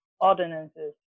ordinances